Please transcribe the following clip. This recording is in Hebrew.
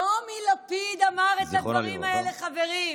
טומי לפיד אמר את הדברים האלה, חברים.